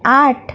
आठ